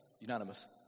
Unanimous